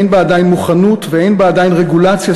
אין בה עדיין מוכנות ואין בה עדיין רגולציה